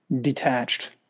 detached